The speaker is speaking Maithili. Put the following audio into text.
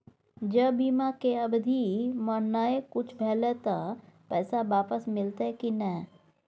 ज बीमा के अवधि म नय कुछो भेल त पैसा वापस मिलते की नय?